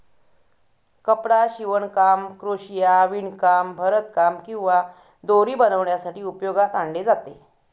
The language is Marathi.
कपडा शिवणकाम, क्रोशिया, विणकाम, भरतकाम किंवा दोरी बनवण्यासाठी उपयोगात आणले जाते